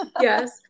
Yes